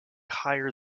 higher